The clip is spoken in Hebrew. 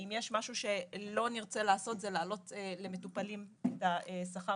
שאם יש משהו שלא נרצה לעשות זה להעלות למטופלים את השכר